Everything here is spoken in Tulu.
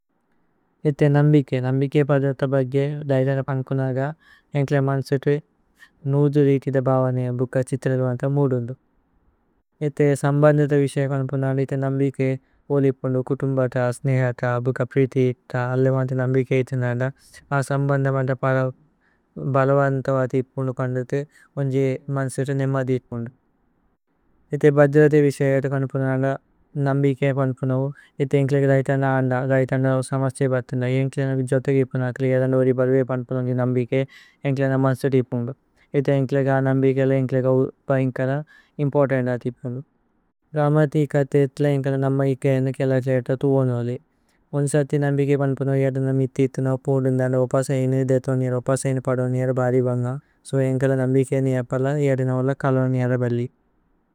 ഏഥേ നമ്ബികേ നമ്ബികേ പദ്രത ബഗ്ഗേ ദൈദന। പന്പുനഗ ഏന്ക്ലേ മന്സേതേ നൂദു രീതിദ ബവനേ। ബുക ഛിത്രലുവന്ത മുദുന്ദു ഏഥേ സമ്ബന്ദമന്ത। വിസേ പന്പുനഗ ഏഥേ നമ്ബികേ ഓലേപുന്ദു കുതുമ്ബത। സ്നേഹത ബുക പ്രീതിത അല്ലുമന്ത നമ്ബികേ ഇതിനദ। സമ്ബന്ദമന്ത ബലവന്തവതി ഇപുന്ദു പന്ദുതേ ഓന്ജേ। മന്സേതേ നേമദികുന്ദു ഏഥേ ബദ്രത വിസേ പന്പുനഗ। നമ്ബികേ പന്പുനഗു ഏഥേ ഏന്ക്ലേ ദൈദന। അന്ദ ദൈദന ഓ സമസ്തേ ബതുന്ദ ഏന്ക്ലേ നഗു। ജോത്തഗി പനകലി യദന്ദ ഓദി ബലവേ പന്പു അഗി। നമ്ബികേ ഏന്ക്ലേ നമന്സേതേ ഇപുന്ദു ഏഥേ ഏന്ക്ലേ ഗ। നമ്ബികേലേ ഏന്ക്ലേ ഗ വന്കദ ഇമ്പോര്തന്ത ഇതിപുന്ദു। ഗ്രമതിക ഏഥേ ഏത്ല ഏന്ക്ലേ നമൈകേ ഏന്ന കേല്ല്। കലേത തുവോനോലേ പോനിസതി നമ്ബികേ പന്പുനഗു। യദന മിതി ഇതിന പോദുന്ദന്ദ ഓപസൈനു ദേതോനിര। പസൈനു പദോനിര ബദിബന്ഗ സോ ഏന്ക്ലേ നമ്ബികേ। നി ഏപല യദന ഓല കലോ നി അരബല്ലി।